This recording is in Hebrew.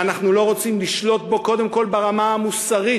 ואנחנו לא רוצים לשלוט בו קודם כול ברמה המוסרית,